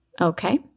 Okay